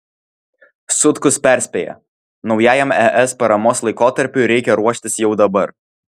sutkus perspėja naujajam es paramos laikotarpiui reikia ruoštis jau dabar